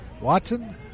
Watson